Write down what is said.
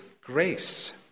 grace